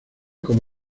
como